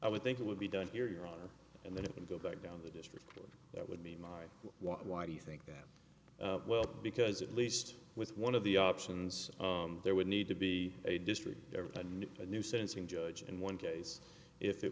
i would think it would be done here your honor and then it would go back down the district that would be my why do you think that well because at least with one of the options there would need to be a district and a new sense in judge in one case if it